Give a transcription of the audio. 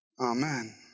Amen